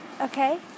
Okay